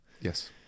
Yes